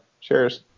Cheers